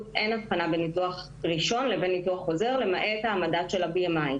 אין הבחנה בין ניתוח ראשון לבין ניתוח חוזר למעט המדד של ה-BMI.